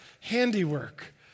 handiwork